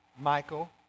Michael